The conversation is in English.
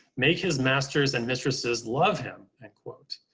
make his masters and mistresses love him, end quote.